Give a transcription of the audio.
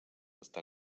està